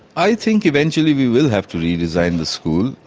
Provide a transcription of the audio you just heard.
i think eventually we will have to redesign the school.